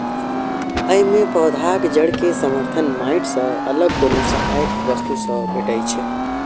अय मे पौधाक जड़ कें समर्थन माटि सं अलग कोनो सहायक वस्तु सं भेटै छै